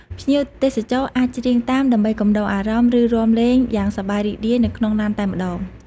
ភ្ញៀវទេសចរអាចច្រៀងតាម ដើម្បីកំដរអារម្មណ៍ ឬរាំលេងយ៉ាងសប្បាយរីករាយនៅក្នុងឡានតែម្តង។